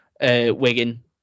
Wigan